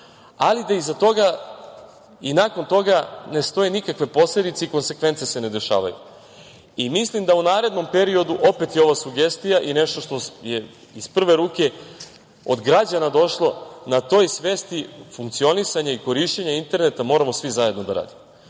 ali da iza toga i nakon toga ne stoje nikakve posledice i konsekvence se ne dešavaju. Mislim da u narednom periodu, opet je ovo sugestija i nešto što je iz prve ruke od građana došlo, na toj svesti funkcionisanje i korišćenje interneta moramo svi zajedno da radimo.